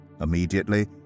Immediately